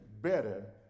better